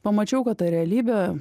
pamačiau kad ta realybė